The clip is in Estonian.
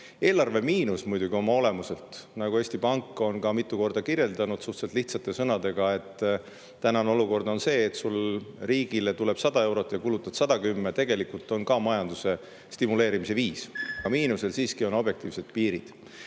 Eelarvemiinus on muidugi oma olemuselt – Eesti Pank on ka mitu korda kirjeldanud suhteliselt lihtsate sõnadega, et tänane olukord on see, et riigile tuleb 100 eurot ja sa kulutad 110 eurot – ka majanduse stimuleerimise viis. Aga miinusel on siiski objektiivsed piirid.